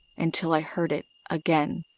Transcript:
until i heard it again.